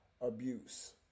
abuse